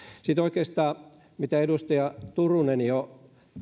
sitten oikeastaan mihin edustaja turunen jo